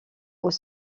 aux